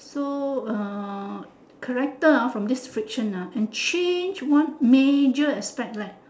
so uh character ah from this friction ah can change one major aspect leh